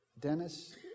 Dennis